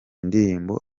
ndirimbo